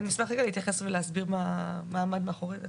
אשמח להתייחס ולהסביר מה עמד מאחורי זה.